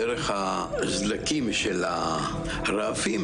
דווקא מתוך הבנה שלחלקם אולי יש אבל הם לא משתמשים,